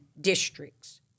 districts